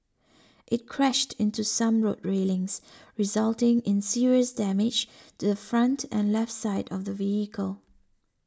it crashed into some road railings resulting in serious damage to the front and left side of the vehicle